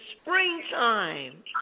springtime